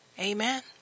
Amen